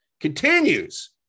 continues